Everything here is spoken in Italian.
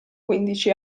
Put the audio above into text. quindici